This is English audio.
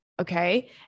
Okay